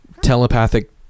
telepathic